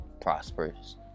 prosperous